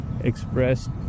expressed